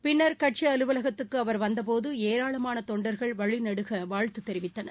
பின்னர் கட்சிஅலுவலகத்துக்குஅவர் வந்தபோது ஏராளமானதொண்டர்கள் வழிநெடுகவாழ்த்துதெரிவித்தனர்